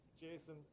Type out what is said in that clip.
Jason